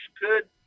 good